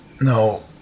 No